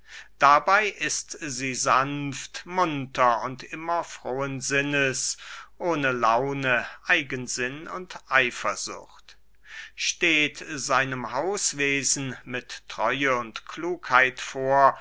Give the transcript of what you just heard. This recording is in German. dabey ist sie sanft munter und immer frohen sinnes ohne laune eigensinn und eifersucht steht seinem hauswesen mit treue und klugheit vor